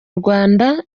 rwanda